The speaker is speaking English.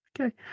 Okay